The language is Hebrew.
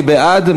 מי בעד?